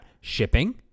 shipping